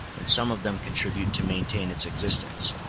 and some of them contribute to maintain its existence.